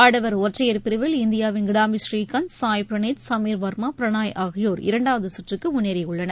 ஆடவர் ஒற்றையர் பிரிவில் இந்தியாவின் கிடாம்பி ஸ்ரீகாந்த் சாய் பிரனீத் சமீர் வர்மா பிரணாய் ஆகியோர் இரண்டாவது சுற்றுக்கு முன்னேறியுள்ளனர்